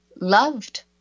loved